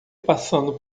passando